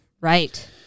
right